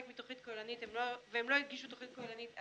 מתכנית כוללנית והם לא הגישו תכנית כוללנית,